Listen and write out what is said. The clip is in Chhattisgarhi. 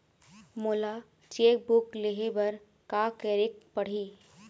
मोला चेक बुक लेहे बर का केरेक पढ़ही?